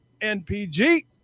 NPG